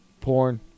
Porn